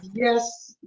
yes.